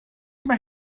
mae